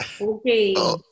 Okay